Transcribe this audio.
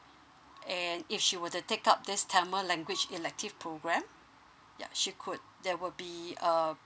and if she were to take up this tamil language elective program yup she could there will be uh